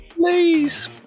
Please